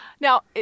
Now